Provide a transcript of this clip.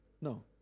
No